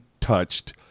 touched